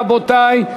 רבותי.